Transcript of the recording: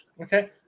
Okay